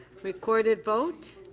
recorded vote.